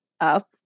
up